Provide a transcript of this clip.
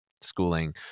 schooling